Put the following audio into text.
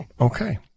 Okay